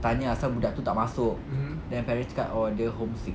tanya asal budak tu tak masuk then apparently cakap oh dia homesick